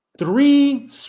Three